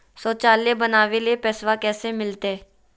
शौचालय बनावे ले पैसबा कैसे मिलते?